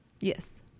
Yes